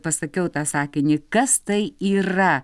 pasakiau tą sakinį kas tai yra